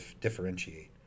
differentiate